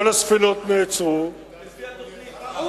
כל הספינות נעצרו, לפי התוכנית, אה?